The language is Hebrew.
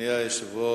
אדוני היושב-ראש,